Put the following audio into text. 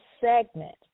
segment